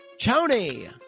Tony